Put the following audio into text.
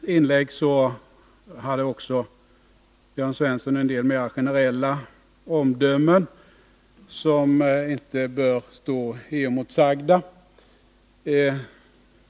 inlägg framförde Jörn Svensson också en del mera generella omdömen som inte bör stå oemotsagda.